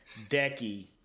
decky